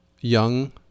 young